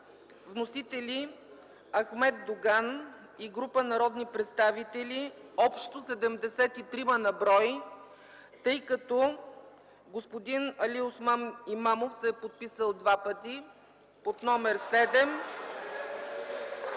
Вносители: Ахмед Доган и група народни представители, общо 73-ма на брой, тъй като господин Алиосман Имамов се е подписал два пъти под № 7